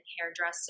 hairdresser